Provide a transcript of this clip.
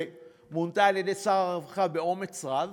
שמונתה על-ידי שר הרווחה באומץ רב,